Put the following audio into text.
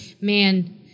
Man